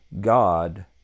god